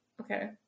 Okay